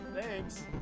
Thanks